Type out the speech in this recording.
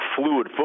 fluid